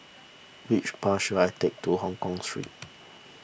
which bus should I take to Hongkong Street